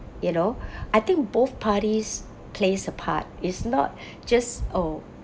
you know I think both parties plays a part it's not just oh